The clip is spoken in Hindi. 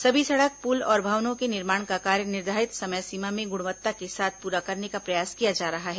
सभी सड़क पुल और भवनों के निर्माण का कार्य निर्धारित समय सीमा में गुणवत्ता के साथ पूरा करने का प्रयास किया जा रहा है